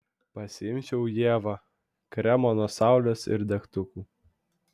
pasiimčiau ievą kremo nuo saulės ir degtukų